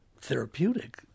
therapeutic